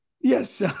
Yes